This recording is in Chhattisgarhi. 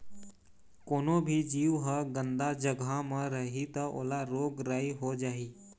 कोनो भी जीव ह गंदा जघा म रही त ओला रोग राई हो जाही